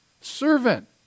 Servant